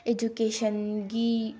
ꯑꯦꯖꯨꯀꯦꯁꯟꯒꯤ